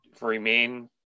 remain